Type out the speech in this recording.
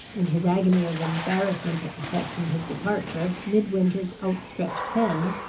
in his agony of embarrassment at effecting his departure, midwinter's outstretched hand,